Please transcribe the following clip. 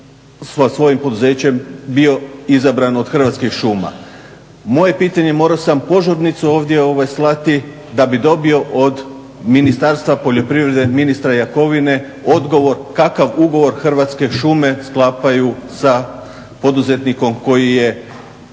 svojim poduzećem bio izabran od Hrvatskih šuma. Moje pitanje je, morao sam požurnicu ovdje slati, da bih dobio od Ministarstva poljoprivrede i ministra Jakovine odgovor, kakav ugovor Hrvatske šume sklapaju sa poduzetnikom koji je